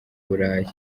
burayi